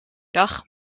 dag